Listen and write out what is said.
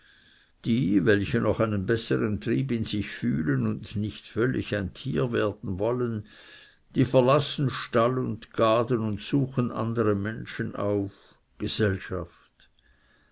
die welche noch einen besseren trieb in sich fühlen und nicht ein völlig tier werden wollen die verlassen stall und gaden und suchen andere menschen auf gesellschaft